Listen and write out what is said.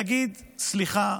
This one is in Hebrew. להגיד: סליחה,